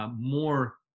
More